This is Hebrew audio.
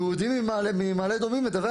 -- חצי שעה אחרי כן יהודי ממעלה אדומים מדווח